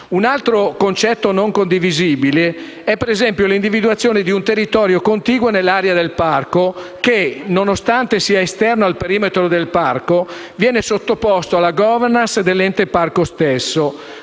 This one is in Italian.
Un altro concetto non condivisibile è l’individuazione di un territorio contiguo nell’area del parco che, nonostante sia esterno al perimetro del parco, viene sottoposto alla governance dell’ente parco stesso.